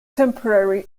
temporary